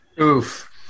oof